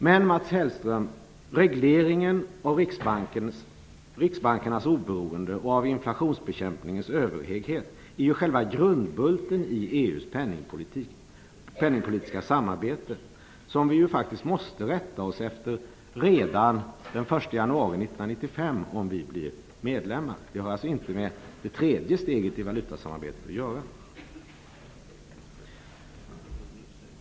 Men, Mats Hellström, regleringen av riksbankernas oberoende och av inflationsbekämpningens överhöghet är ju själva grundbulten i EU:s penningpolitiska samarbete. Om Sverige blir medlem måste vi ju rätta oss efter detta redan den 1 januari 1995. Det har inte med det tredje steget i valutasamarbetet att göra.